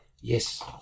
Yes